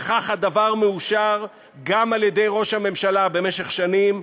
וכך הדבר מאושר גם על-ידי ראש הממשלה במשך שנים,